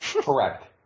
Correct